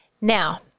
Now